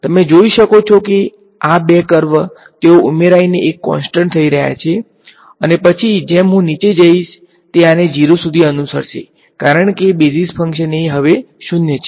તમે જોઈ શકો છો કે આ બે કર્વ તેઓ ઉમેરાઈને એક કોનસ્ટંટ છે